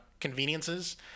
conveniences